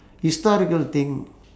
historical thing